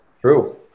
True